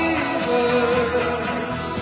Jesus